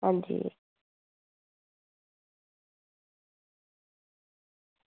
आं जी